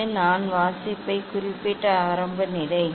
இது நான் வாசிப்பைக் குறிப்பிட்ட ஆரம்ப நிலை